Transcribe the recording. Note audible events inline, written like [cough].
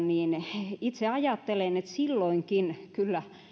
[unintelligible] niin itse ajattelen että silloinkin kyllä